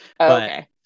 okay